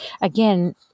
again